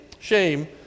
shame